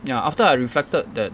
ya after I reflected that